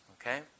Okay